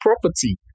property